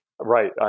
right